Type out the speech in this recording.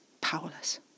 powerless